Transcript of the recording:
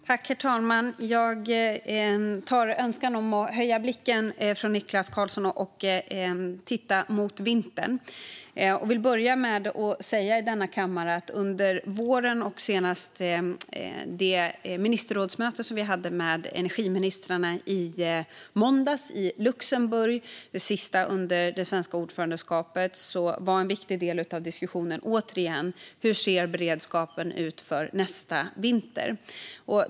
Herr talman! Jag följer Niklas Karlssons önskan, höjer blicken mot vintern och vill börja med att säga i denna kammare att under våren och vid det senaste ministerrådsmötet med energiministrarna i måndags i Luxemburg - det sista under det svenska ordförandeskapet - var en viktig del av diskussionen återigen hur beredskapen ser ut för nästa vinter.